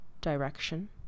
direction